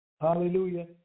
Hallelujah